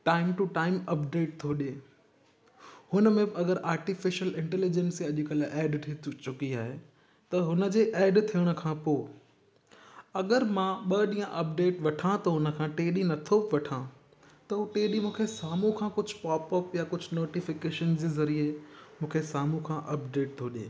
time to time update थो ॾे हुन में बि अगरि आर्टीफ़िशल इंटेलीजंस अॼुकल्ह ऐड थी चुकी आहे त हुनजे ऐड थियण खां पोइ अगरि मां ॿ ॾींहं अपडेट वठां थो हुन खां टे ॾींहं नथो बि वठां त हू टे ॾींहं खां मूं खां साम्हूं कुझु पोप अप या कुझु नोटीफ़िकेशन जे ज़रिए मूंखे साम्हूं खां अपडेट थो ॾे